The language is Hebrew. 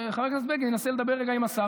חבר הכנסת בגין ינסה לדבר רגע עם השר